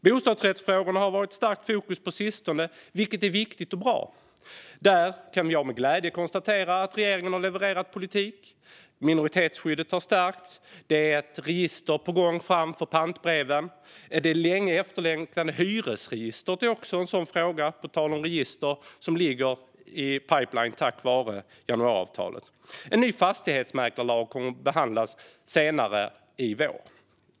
Bostadsrättsfrågorna har varit i starkt fokus på sistone, vilket är viktigt och bra. Där kan jag med glädje konstatera att regeringen har levererat politik. Minoritetsskyddet har stärkts. Ett register för pantbreven är på gång. Det sedan länge efterlängtade hyresregistret är också - på tal om register - en fråga som ligger i pipelinen tack vare januariavtalet. En ny fastighetsmäklarlag kommer dessutom att behandlas senare i vår.